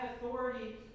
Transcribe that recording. authority